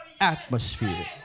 atmosphere